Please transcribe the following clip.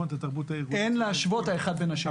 את התרבות הארגונית --- אין להשוות האחד לשני.